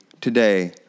today